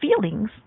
feelings